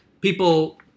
people